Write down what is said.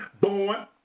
born